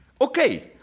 Okay